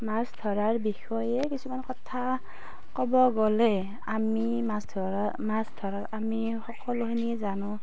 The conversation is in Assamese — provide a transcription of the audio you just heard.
মাছ ধৰাৰ বিষয়ে কিছুমান কথা ক'ব গলে আমি মাছ ধৰাৰ মাছ ধৰাৰ আমি সকলোখিনি জানোঁ